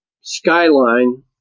skyline